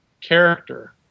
character